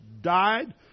died